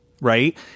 Right